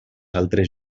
altres